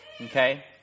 okay